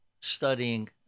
studying